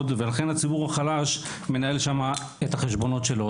ולכן הציבור החלש מנהל שם את החשבונות שלו.